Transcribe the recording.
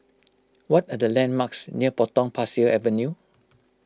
what are the landmarks near Potong Pasir Avenue